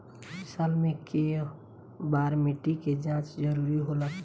साल में केय बार मिट्टी के जाँच जरूरी होला?